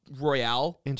Royale